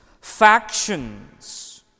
factions